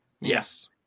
Yes